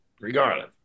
regardless